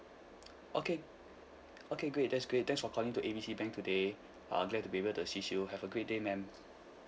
okay okay great that's great thanks for calling to A B C bank today uh glad to be able to assist you have a great day ma'am